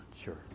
sure